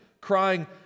crying